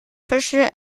fische